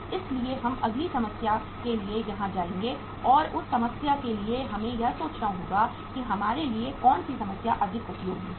इसलिए हम अगली समस्या के लिए यहां जाएंगे और उस समस्या के लिए हमें यह सोचना होगा कि हमारे लिए कौन सी समस्या अधिक उपयोगी है